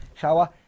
shower